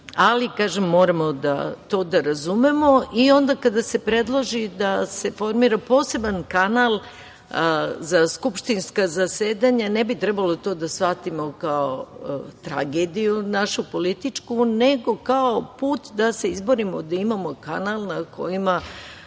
Ali, moramo to da razumemo i onda kada se predloži da se formira poseban kanal za skupštinska zasedanja ne bi trebalo to da shvatimo kao našu političku tragediju, nego kao put da se izborimo da imamo kanal na kom